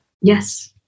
Yes